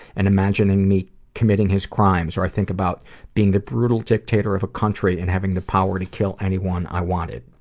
and imagining me committing his crimes, or think about being the brutal dictator of a country and having the power to kill anyone i wanted.